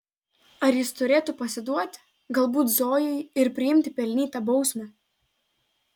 ar jis turėtų pasiduoti galbūt zojai ir priimti pelnytą bausmę